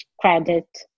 credit